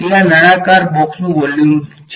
તે આ નળાકાર બોક્ષનુ વોલ્યુમ છે